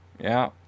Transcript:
Yeah